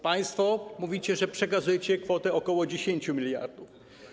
Państwo mówicie, że przekazujecie kwotę ok. 10 mld.